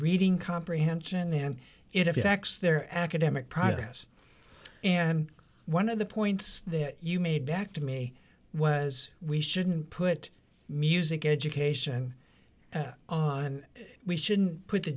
reading comprehension and it effects their academic progress and one of the points you made back to me was we shouldn't put music education on we shouldn't put the